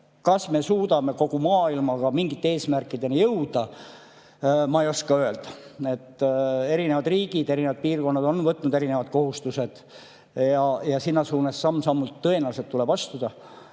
Kas me suudame kogu maailmaga mingite eesmärkideni jõuda? Ma ei oska öelda. Eri riigid, eri piirkonnad on võtnud erinevad kohustused ja selles suunas samm-sammult tõenäoliselt tuleb astuda.